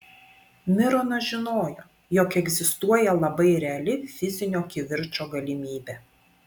mironas žinojo jog egzistuoja labai reali fizinio kivirčo galimybė